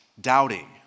doubting